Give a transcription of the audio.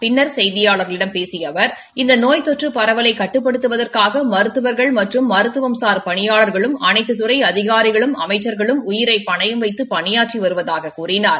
பின்னர் செய்தியாளர்களிடம் பேசிய அவர் இந்த நோய் தொற்று பரவலை கட்டுப்படுத்துவதற்காக மருத்துவர்கள் மற்றும் மருத்துவம்சார் பணியாளர்களும் அனைத்துத்துறை அதிகாரிகளும் அமச்சள்களும் உயிரை பணயம் வைத்து பணியாற்றி வருவதாக கூறினார்